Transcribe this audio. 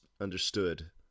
understood